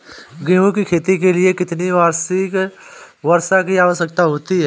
गेहूँ की खेती के लिए कितनी वार्षिक वर्षा की आवश्यकता होती है?